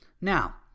Now